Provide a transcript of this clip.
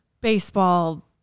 baseball